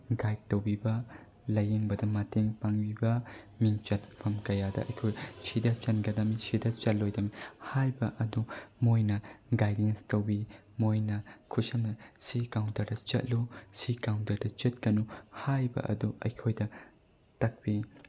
ꯍꯥꯏꯠ ꯇꯧꯕꯤꯕ ꯂꯥꯏꯌꯦꯡꯕꯗ ꯃꯇꯦꯡ ꯄꯥꯡꯕꯤꯕ ꯃꯤꯡ ꯆꯟꯐꯝ ꯀꯌꯥꯗ ꯑꯩꯈꯣꯏ ꯁꯤꯗ ꯆꯟꯒꯗꯕꯅꯤ ꯁꯤꯗ ꯆꯠꯂꯣꯏꯗꯕꯅꯤ ꯍꯥꯏꯕ ꯑꯗꯨ ꯃꯣꯏꯅ ꯒꯥꯏꯗꯦꯟꯁ ꯇꯧꯕꯤ ꯃꯣꯏꯅ ꯈꯨꯠꯁꯝꯅ ꯁꯤ ꯀꯥꯎꯟꯇꯔꯗ ꯆꯠꯂꯨ ꯁꯤ ꯀꯥꯎꯟꯇꯔꯗ ꯆꯠꯀꯅꯨ ꯍꯥꯏꯕ ꯑꯗꯨ ꯑꯩꯈꯣꯏꯗ ꯇꯥꯛꯄꯤ